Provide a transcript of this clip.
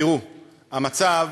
תראו, המצב